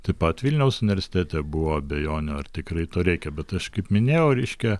taip pat vilniaus universitete buvo abejonių ar tikrai to reikia bet aš kaip minėjau reiškia